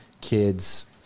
kids